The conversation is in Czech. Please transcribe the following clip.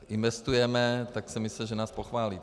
Investujeme, tak jsem myslel, že nás pochválíte.